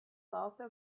also